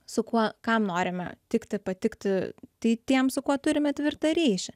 su kuo kam norime tikti patikti tai tiems su kuo turime tvirtą ryšį